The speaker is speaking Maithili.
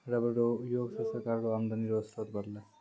रबर रो उयोग से सरकार रो आमदनी रो स्रोत बरलै